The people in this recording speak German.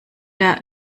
der